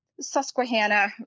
susquehanna